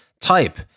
type